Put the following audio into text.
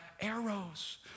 arrows